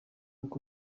uko